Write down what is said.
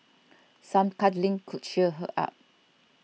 some cuddling could cheer her up